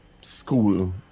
school